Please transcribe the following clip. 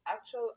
actual